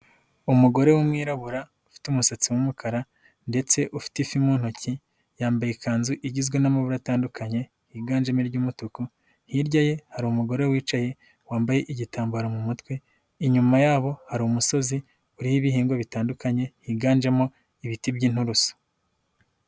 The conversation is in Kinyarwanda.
Umugore w'umwirabura, ufite umusatsi w'umukara ndetse ufite ifi mu ntoki. Yambaye ikanzu igizwe n'amabara atandukanye, yiganjemo iry'umutuku. Hirya ye hari umugore wicaye wambaye igitambaro mu mutwe. Inyuma yabo hari umusozi uriho ibihingwa bitandukanye higanjemo ibiti by'inturusu.